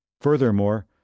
Furthermore